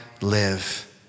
live